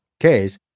case